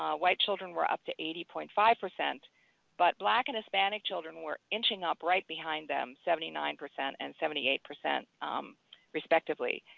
ah white children were up to eighty point five, but black and hispanic children were inching up right behind them, seventy nine percent and seventy eight percent respectively.